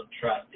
trust